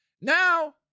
Now